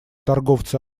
торговцы